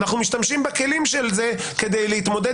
אנחנו משתמשים בכלים של זה כדי להתמודד